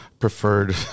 preferred